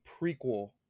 prequel